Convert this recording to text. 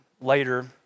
later